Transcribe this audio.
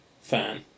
fan